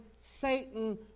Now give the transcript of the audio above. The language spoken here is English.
Satan